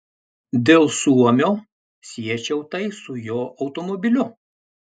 dėl suomio siečiau tai su jo automobiliu